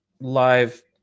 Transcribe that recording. live